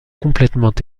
complètement